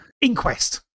Inquest